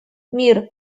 мир